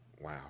wow